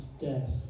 death